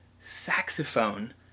saxophone